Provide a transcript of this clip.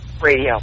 Radio